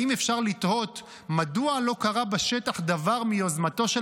האם אפשר לתהות מדוע לא קרה בשטח דבר מיוזמתו של